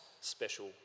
special